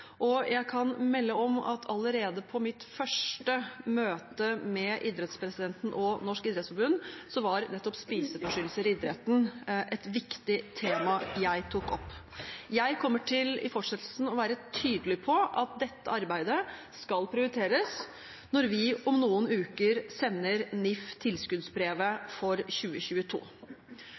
og jeg kan melde om at allerede på mitt første møte med idrettspresidenten og Norsk idrettsforbund var nettopp spiseforstyrrelser i idretten et viktig tema jeg tok opp. Jeg kommer i fortsettelsen til å være tydelig på at dette arbeidet skal prioriteres når vi om noen uker sender NIF tilskuddsbrevet for 2022.